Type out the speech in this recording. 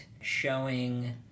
showing